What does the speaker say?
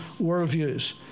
worldviews